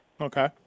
Okay